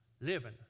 Living